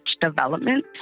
development